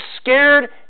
scared